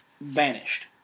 vanished